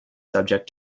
subject